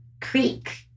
creek